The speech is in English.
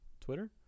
Twitter